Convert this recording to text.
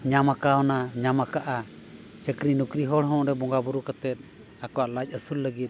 ᱧᱟᱢ ᱠᱟᱣᱱᱟ ᱧᱟᱢ ᱟᱠᱟᱫᱼᱟ ᱪᱟᱹᱠᱨᱤ ᱱᱚᱠᱨᱤ ᱦᱚᱲ ᱦᱚᱸ ᱚᱸᱰᱮ ᱵᱚᱸᱜᱟ ᱵᱩᱨᱩ ᱠᱟᱛᱮᱫ ᱟᱠᱚᱣᱟᱜ ᱞᱟᱡ ᱟᱹᱥᱩᱞ ᱞᱟᱹᱜᱤᱫ